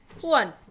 one